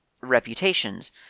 reputations